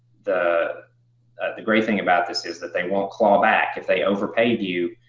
the the great thing about this is that they won't claw back. if they overpaid you,